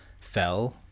fell